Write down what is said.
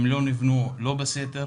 הם לא נבנו לא בסתר